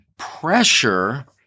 Pressure